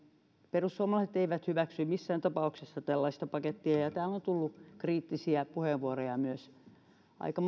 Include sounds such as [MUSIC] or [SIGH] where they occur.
perussuomalaiset eivät hyväksy missään tapauksessa tällaista pakettia ja ja täällä on tullut kriittisiä puheenvuoroja myös aika [UNINTELLIGIBLE]